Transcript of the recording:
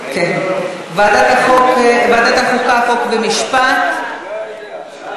לוועדת החוקה, חוק ומשפט נתקבלה.